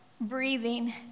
breathing